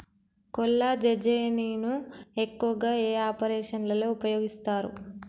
కొల్లాజెజేని ను ఎక్కువగా ఏ ఆపరేషన్లలో ఉపయోగిస్తారు?